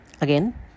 Again